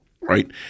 right